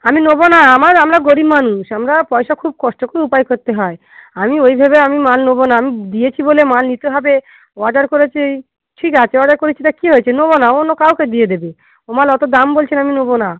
আমি নেবো না আমার আমরা গরিব মানুষ আমরা পয়সা খুব কষ্ট করে উপায় করতে হয় আমি ওই ভেবে আমি মাল নেবো না আমি দিয়েছি বলে মাল নিতে হবে অর্ডার করেছি ঠিক আছে অর্ডার করেছি তা কী হয়েছে নেবো না অন্য কাউকে দিয়ে দেবে ও মাল অতো দাম বলছেন আমি নেবো না